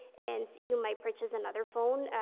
and you might purchase another phone, ah,